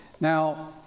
Now